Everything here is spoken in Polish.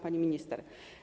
Pani Minister!